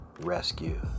Rescue